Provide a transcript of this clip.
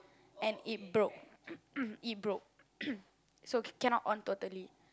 and it broke it broke so cannot on totally